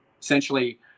essentially